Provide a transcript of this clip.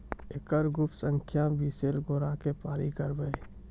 एकरऽ गुप्त संख्या बिसैर गेला पर की करवै?